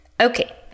Okay